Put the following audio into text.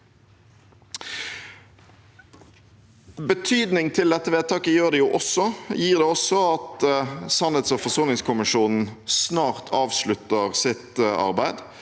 Betydning til dette vedtaket gir det også at sannhets- og forsoningskommisjonen snart avslutter sitt arbeid,